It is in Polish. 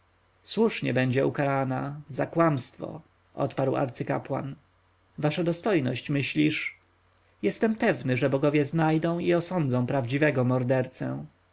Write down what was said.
słusznie będzie ukarana za kłamstwo odparł arcykapłan wasza dostojność myślisz jestem pewny że bogowie znajdą i osądzą prawdziwego mordercę